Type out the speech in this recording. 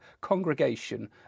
congregation